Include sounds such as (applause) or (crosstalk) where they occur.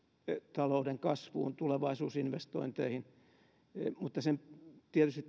talouden kasvuun tulevaisuusinvestointeihin mutta tietysti (unintelligible)